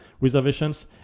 reservations